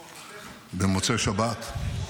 במוצאי שבת -- נהנית?